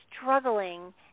struggling